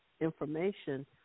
information